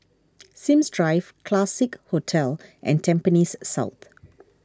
Sims Drive Classique Hotel and Tampines South